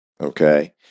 Okay